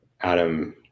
Adam